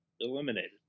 Eliminated